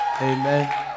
amen